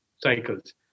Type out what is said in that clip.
cycles